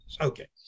Okay